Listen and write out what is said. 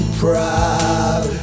proud